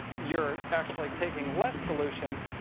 you're actually taking less dilution.